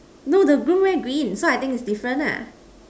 no the groom wear green so I think it's different lah